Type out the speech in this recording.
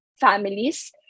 families